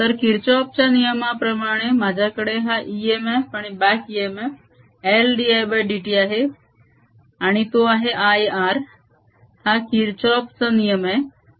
तर किर्चोफ च्या नियमाप्रमाणे माझ्याकडे हा इएमएफ आणि ब्याक इएमएफ L dIdt आहे आणि तो आहे IR हा किर्चोफ चा नियम आहे